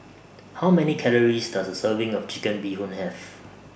How Many Calories Does A Serving of Chicken Bee Hoon Have